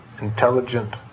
intelligent